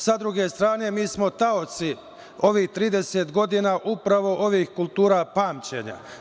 Sa druge strane, mi smo taoci ovih 30 godina, upravo ovih kultura pamćenja.